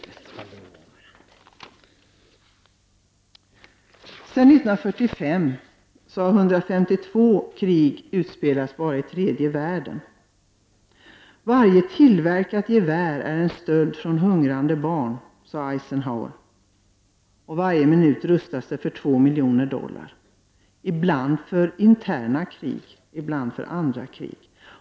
Sedan år 1945 har det utspelats 152 krig bara i tredje världen. Varje tillverkat gevär är en stöld från hungrande barn, sade Eisenhower. Varje minut rustas det för 2 miljoner dollar, ibland för interna krig, ibland för andra krig.